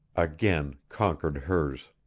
again conquered hers.